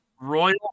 Royal